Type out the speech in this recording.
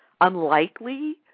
unlikely